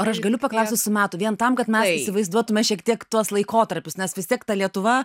ar aš galiu paklaust jūsų metų vien tam kad mes įsivaizduotumėme šiek tiek tuos laikotarpius nes vis tiek ta lietuva